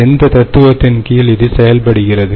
எந்த தத்துவத்தின் கீழ் இது செயல்படுகிறது